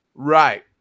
Right